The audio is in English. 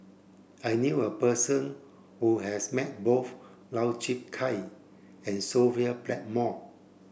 I knew a person who has met both Lau Chiap Khai and Sophia Blackmore